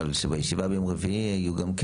אבל שבישיבה ביום רביעי יהיו גם כן